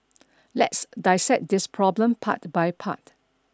let's dissect this problem part by part